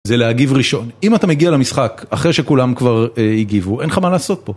זה להגיב ראשון, אם אתה מגיע למשחק אחרי שכולם כבר הגיבו אין לך מה לעשות פה